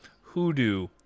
hoodoo